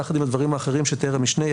יחד עם הדברים האחרים שתיאר המשנה,